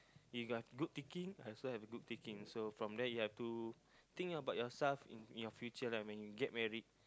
you got good thinking I also have good thinking so from there you have to think about yourself in in your future lah when you get married